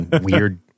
weird